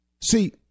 See